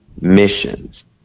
missions